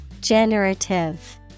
Generative